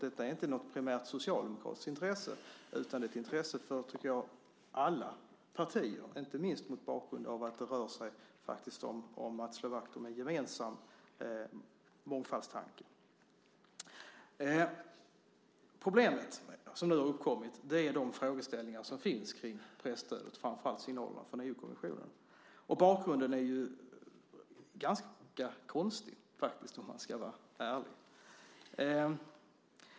Detta är inte något primärt socialdemokratiskt intresse, utan det är ett intresse, tycker jag, för alla partier, inte minst mot bakgrund av att det rör sig om att slå vakt om en gemensam mångfaldstanke. Det problem som nu har uppkommit är de frågeställningar som finns kring presstödet, framför allt i förhållande till EU-kommissionen. Bakgrunden är ganska konstig, om man ska vara ärlig.